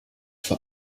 vor